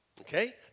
Okay